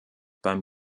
beim